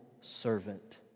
servant